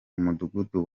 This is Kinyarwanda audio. mudugudu